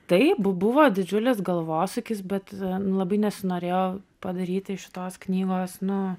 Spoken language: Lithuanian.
taip buvo didžiulis galvosūkis bet labai nesinorėjo padaryti šitos knygos nu